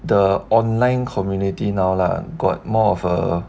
the online community now lah got more of a